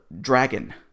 Dragon